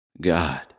God